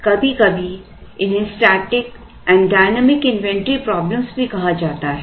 कभी कभी इन्हें static and dynamic inventory problem भी कहा जाता है